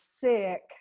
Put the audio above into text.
sick